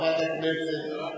חברת הכנסת,